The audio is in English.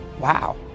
wow